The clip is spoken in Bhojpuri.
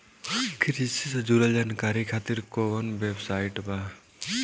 कृषि से जुड़ल जानकारी खातिर कोवन वेबसाइट बा?